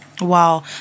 Wow